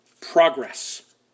progress